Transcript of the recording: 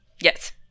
Yes